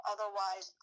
Otherwise